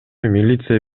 милиция